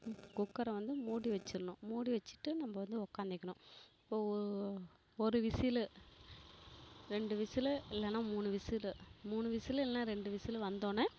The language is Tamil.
குக்கரை வந்து மூடி வச்சிடணும் மூடி வச்சிட்டு நம்ம வந்து உக்காந்துக்கணும் இப்போ ஒ ஒரு விசிலு ரெண்டு விசிலு இல்லைன்னா மூணு விசிலு மூணு விசிலு இல்லைன்னா ரெண்டு விசிலு வந்தோடனே